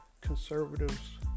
conservatives